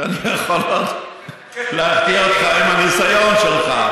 שאני עוד יכול להפתיע אותך עם הניסיון שלך.